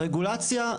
הרגולציה,